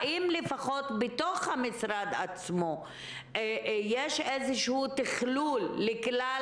האם בתוך המשרד עצמו יש איזשהו תכלול של כלל